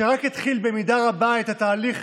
שרק התחיל במידה רבה את תהליך